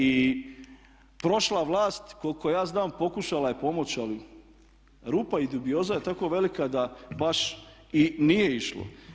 I prošla vlast koliko ja znam pokušala je pomoći ali rupa i dubioza je tako velika da baš i nije išlo.